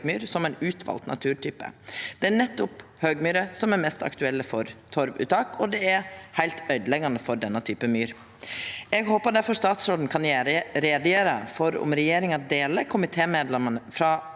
som ein utvald naturtype. Det er nettopp høgmyrer som er mest aktuelle for torvuttak, og det er heilt øydeleggjande for denne typen myr. Eg håpar difor statsråden kan gjera greie for om regjeringa deler synet til komitémedlemene frå